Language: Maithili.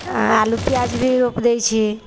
आलू प्याज भी रोपि दै छियै